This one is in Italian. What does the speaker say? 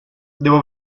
devo